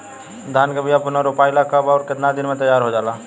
धान के बिया पुनः रोपाई ला कब और केतना दिन में तैयार होजाला?